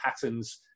patterns